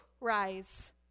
rise